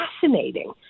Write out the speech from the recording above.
fascinating